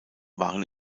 waren